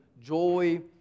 joy